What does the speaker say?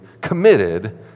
committed